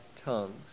tongues